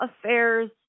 Affairs